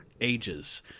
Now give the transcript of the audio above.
ages